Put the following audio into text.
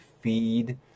feed